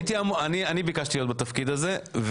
אני ביקשתי להיות בתפקיד הזה.